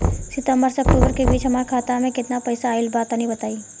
सितंबर से अक्टूबर के बीच हमार खाता मे केतना पईसा आइल बा तनि बताईं?